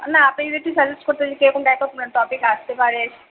না আপনি যদি একটু সাজেস্ট করতেন কীরকম ব্যাকাপ টপিক আসতে পারে